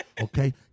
Okay